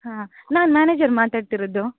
ಹಾಂ ನಾನು ಮ್ಯಾನೇಜರ್ ಮಾತಾಡ್ತಿರೋದು